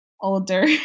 older